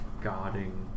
guarding